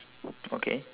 okay